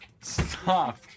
Stop